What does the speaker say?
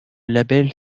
label